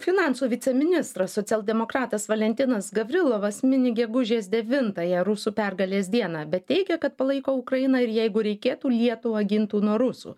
finansų viceministras socialdemokratas valentinas gavrilovas mini gegužės devintąją rusų pergalės dieną bet teigia kad palaiko ukrainą ir jeigu reikėtų lietuvą gintų nuo rusų